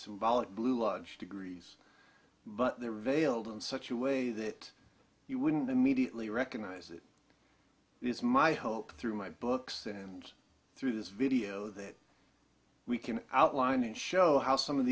symbolic bluebloods degrees but they're veiled in such a way that you wouldn't immediately recognize it is my hope through my books and through this video that we can outline and show how some of